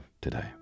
today